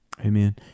Amen